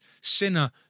sinner